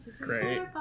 Great